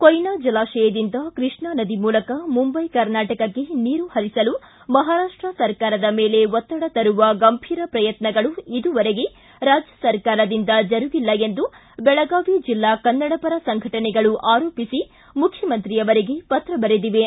ಕೊಯ್ನಾ ಜಲಾಶಯದಿಂದ ಕೃಷ್ಣಾ ನದಿ ಮೂಲಕ ಮುಂಬಯಿ ಕರ್ನಾಟಕಕ್ಕೆ ನೀರು ಹರಿಸಲು ಮಹಾರಾಪ್ಷ ಸರ್ಕಾರದ ಮೇಲೆ ಒತ್ತಡ ತರುವ ಗಂಭೀರ ಪ್ರಯುತ್ನಗಳು ಇದುವರೆಗೆ ರಾಜ್ಯ ಸರ್ಕಾರದಿಂದ ಜರುಗಿಲ್ಲ ಎಂದು ಬೆಳಗಾವಿ ಜಿಲ್ಲಾ ಕನ್ನಡಪರ ಸಂಘಟನೆಗಳು ಆರೋಪಿಸಿ ಮುಖ್ಯಮಂತ್ರಿ ಅವರಿಗೆ ಪತ್ರ ಬರೆದಿವೆ